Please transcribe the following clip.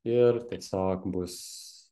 ir tiesiog bus